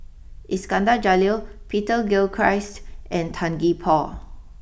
Iskandar Jalil Peter Gilchrist and Tan Gee Paw